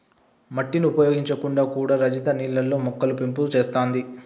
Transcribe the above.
మట్టిని ఉపయోగించకుండా కూడా రజిత నీళ్లల్లో మొక్కలు పెంపు చేత్తాంది